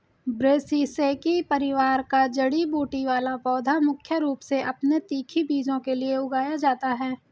ब्रैसिसेकी परिवार का जड़ी बूटी वाला पौधा मुख्य रूप से अपने तीखे बीजों के लिए उगाया जाता है